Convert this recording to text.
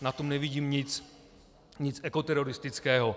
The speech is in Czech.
Na tom nevidím nic ekoteroristického.